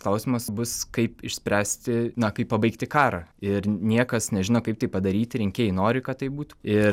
klausimas bus kaip išspręsti na kaip pabaigti karą ir niekas nežino kaip tai padaryti rinkėjai nori kad taip būtų ir